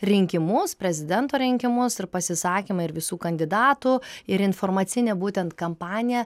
rinkimus prezidento rinkimus ir pasisakymą ir visų kandidatų ir informacinė būtent kampanija